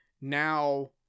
now